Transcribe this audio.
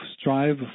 strive